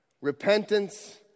Repentance